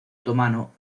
otomano